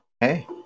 Hey